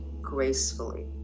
gracefully